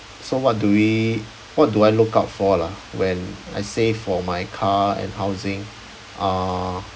so what do we what do I look out for lah when I say for my car and housing uh